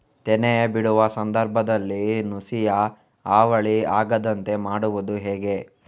ತೆನೆ ಬಿಡುವ ಸಂದರ್ಭದಲ್ಲಿ ನುಸಿಯ ಹಾವಳಿ ಆಗದಂತೆ ಮಾಡುವುದು ಹೇಗೆ?